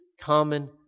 common